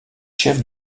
chef